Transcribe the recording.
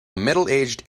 middleaged